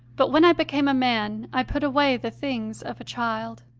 but when i became a man, i put away the things of a child.